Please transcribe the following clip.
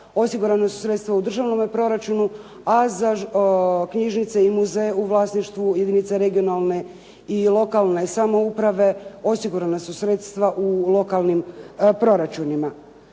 osigurana su sredstva u državnome proračunu a za knjižnice i muzeje u vlasništvu jedinica regionalne i lokalne samouprave osigurana su sredstva u lokalnim proračunima.